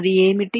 అది ఏమిటి